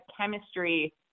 chemistry